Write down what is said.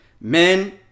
men